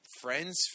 friends